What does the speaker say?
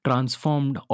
Transformed